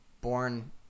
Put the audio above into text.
Born